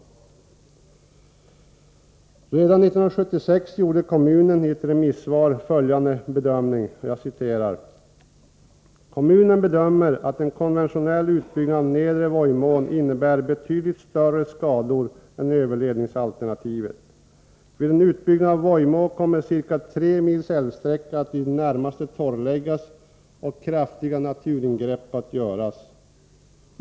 Redan 1976 gjorde kommunen i ett remissyttrande följande bedömning: ”Kommunen bedömer att en konventionell utbyggnad av Nedre Vojmån innebär betydligt större skador än överledningsalternativet. Vid en utbyggnad av Vojmån kommer ca 3 mils älvsträcka att i det närmaste torrläggas och kraftiga naturingrepp kommer att göras.